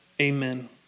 Amen